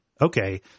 Okay